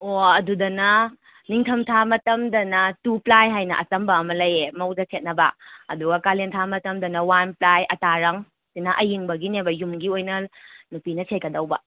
ꯑꯣ ꯑꯗꯨꯗꯅ ꯅꯤꯡꯊꯝ ꯊꯥ ꯃꯇꯝꯗꯅ ꯇꯨ ꯄ꯭ꯂꯥꯏ ꯍꯥꯏꯅ ꯑꯆꯝꯕ ꯑꯃ ꯂꯩꯌꯦ ꯃꯧꯗ ꯁꯦꯠꯅꯕ ꯑꯗꯨꯒ ꯀꯥꯂꯦꯟ ꯊꯥ ꯃꯇꯝꯗꯅ ꯋꯥꯟ ꯄ꯭ꯂꯥꯏ ꯑꯥꯇꯥꯔꯪ ꯁꯤꯅ ꯑꯌꯤꯡꯕꯒꯤꯅꯦꯕ ꯌꯨꯝꯒꯤ ꯑꯣꯏꯅ ꯅꯨꯄꯤꯅ ꯁꯦꯠꯀꯗꯧꯕ